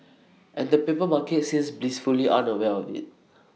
and the paper market seems blissfully unaware of IT